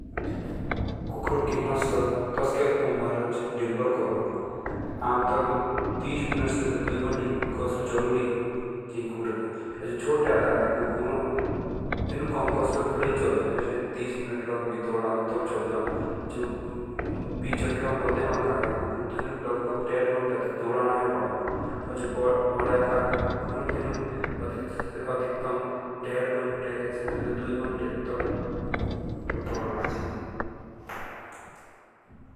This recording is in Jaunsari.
कुकुरो की नस्ल ताके उमर निर्भर करो। आमतौर तीस मिनट- दो घंटे के कसरत जरूरी चाहिए। छोटे आकार के कुकुर हो तेनुक कम कसरत के जरूरत चाहिए जोसे तीस मिनट लग भी दौड़ाओ चले जाओ। मध्यम आकार के कुकुरक डेढ़ घंटे लग दौड़ाने चाहिए।